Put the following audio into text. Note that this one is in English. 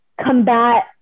combat